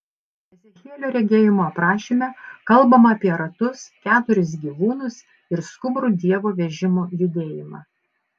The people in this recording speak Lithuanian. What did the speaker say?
ezechielio regėjimo aprašyme kalbama apie ratus keturis gyvūnus ir skubrų dievo vežimo judėjimą